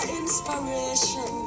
inspiration